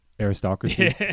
aristocracy